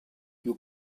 you